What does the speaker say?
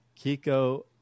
Kiko